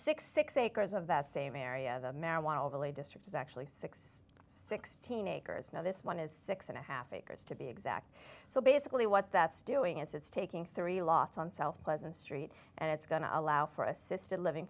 dollars acres of that same area the marijuana overlay district is actually six sixteen acres now this one is six and a half acres to be exact so basically what that's doing is it's taking three lots on south pleasant street and it's going to allow for assisted living